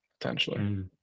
potentially